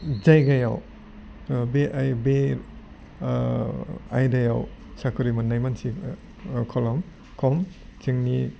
जायगायाव बे बे आयदायाव साख्रि मोन्नाय मानसि खम जोंनि